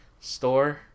Store